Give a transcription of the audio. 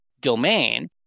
domain